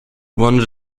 one